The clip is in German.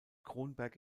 kronberg